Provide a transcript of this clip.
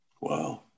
Wow